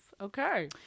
Okay